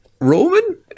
Roman